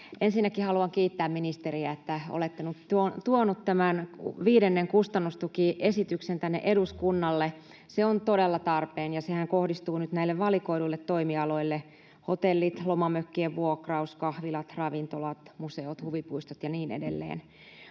Ensinnäkin haluan kiittää ministeriä, että olette tuonut tämän viidennen kustannustukiesityksen tänne eduskunnalle. Se on todella tarpeen, ja sehän kohdistuu nyt näille valikoiduille toimialoille: hotellit, lomamökkien vuokraus, kahvilat, ravintolat, museot, huvipuistot ja niin edelleen.